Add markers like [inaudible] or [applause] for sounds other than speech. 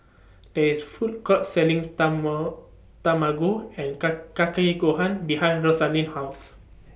There IS Food Court Selling timer Tamago and [unintelligible] Kake Gohan behind Rosaline's House [noise]